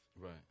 Right